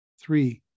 three